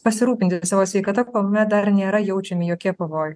pasirūpinti savo sveikata kuomet dar nėra jaučiami jokie pavojai